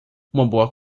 uma